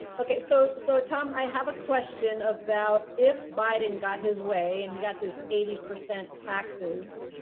okay. so, so tom, i have a question about if biden got his way and he got this eighty percent taxes,